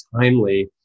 timely